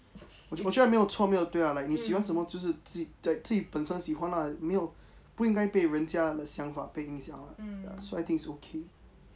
我觉得没有错没有对啦 like 你喜欢什么就是自己在本身喜欢啦没有不应该被人家的想法被影响啦 so I think it's okay